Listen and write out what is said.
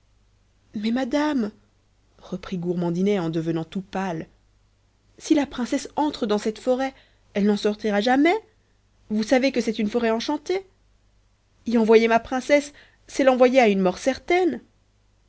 mais madame reprit gourmandinet en devenant tout pâle si la princesse entre dans cette forêt elle n'en sortira jamais vous savez que c'est une forêt enchantée y envoyer ma princesse c'est l'envoyer à une mort certaine